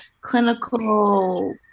clinical